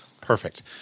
Perfect